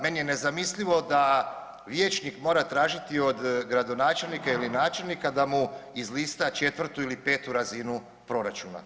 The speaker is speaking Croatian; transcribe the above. Meni je nezamislivo da vijećnik mora tražiti od gradonačelnika ili načelnika da mu izlista četvrtu ili petu razinu proračuna.